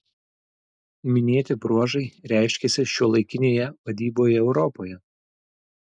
minėti bruožai reiškiasi šiuolaikinėje vadyboje europoje